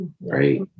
right